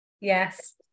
Yes